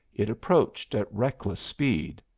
it approached at reckless speed.